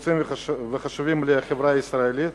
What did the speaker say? נחוצה וחשובה לחברה הישראלית,